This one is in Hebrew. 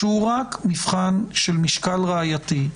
שהוא רק מבחן של משקל ראייתי,